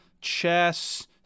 chess